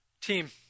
Team